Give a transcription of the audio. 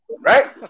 Right